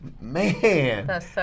man